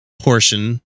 portion